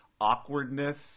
awkwardness